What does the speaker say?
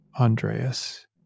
Andreas